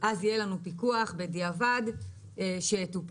יהיה לנו פיקוח בדיעבד שיטופל.